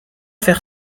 faire